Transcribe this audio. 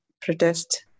protest